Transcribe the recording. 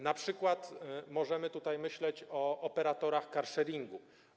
Na przykład możemy tutaj myśleć o operatorach carsharingu.